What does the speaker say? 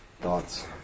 Thoughts